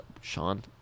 Sean